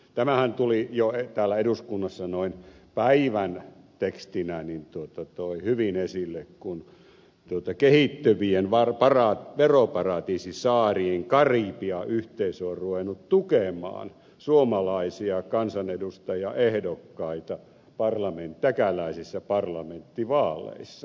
tämähän tuli jo täällä eduskunnassa noin päivän tekstinä hyvin esille kun kehittyvien veroparatiisisaarien karibia yhteisö on ruvennut tukemaan suomalaisia kansanedustajaehdokkaita täkäläisissä parlamenttivaaleissa